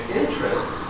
interest